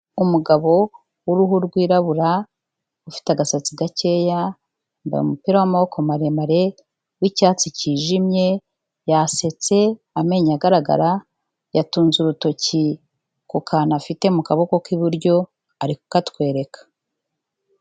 Umugabo w'uruhu rwirabura, ufite agasatsi gakeye, yambaye umupira w'amaboko maremare w'icyatsi cyijimye, yasetse amenyo agaragara, yatunze urutoki ku kantu afite ku kaboko k'iburyo ari kukatwereka.